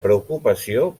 preocupació